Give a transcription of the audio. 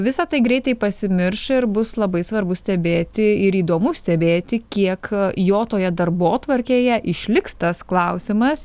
visa tai greitai pasimirš ir bus labai svarbu stebėti ir įdomu stebėti kiek jo toje darbotvarkėje išliks tas klausimas